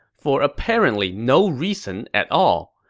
for apparently no reason at all.